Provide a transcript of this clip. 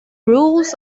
rules